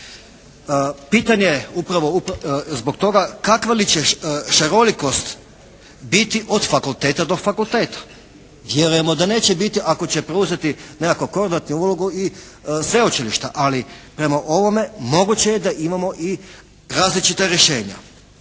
Pitanje je upravo zbog toga, kakva li će šarolikost biti od fakulteta do fakulteta? Vjerujemo da neće biti, ako će preuzeti nekakvu koordinatnu ulogu i sveučilište. Ali prema ovome moguće je da imamo i različita rješenja.